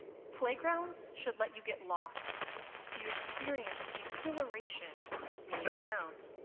playgrounds should let you get lost so you experience the exhilaration of being found.